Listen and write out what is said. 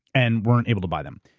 and weren't able to buy them.